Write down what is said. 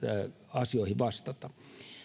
asioihin vastata